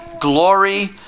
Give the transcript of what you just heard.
glory